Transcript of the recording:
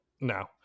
no